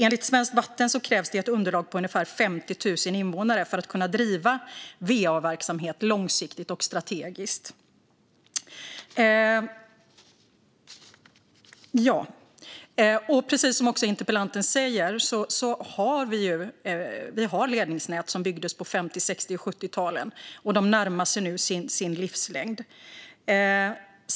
Enligt Svenskt Vatten krävs det ett underlag på ungefär 50 000 invånare för att kunna driva va-verksamhet långsiktigt och strategiskt. Precis som interpellanten säger har vi ledningsnät som byggdes på 50, 60 och 70-talen, och de närmar sig nu sin livslängd.